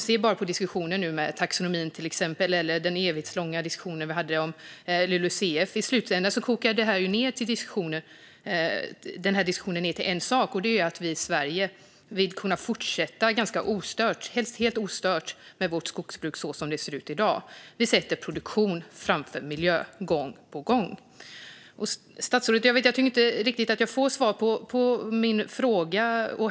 Se bara på diskussionen nu om taxonomin, till exempel, eller den evighetslånga diskussion vi hade om LULUCF - i slutänden kokar diskussionen ned till en sak, nämligen att vi i Sverige vill kunna fortsätta, helst helt ostört, med vårt skogsbruk så som det ser ut i dag. Vi sätter produktion framför miljö gång på gång. Jag tycker inte riktigt att statsrådet ger svar på min fråga.